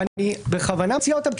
אני בכוונה מציע אותם,